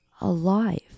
alive